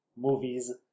movies